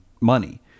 money